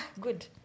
Good